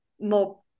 more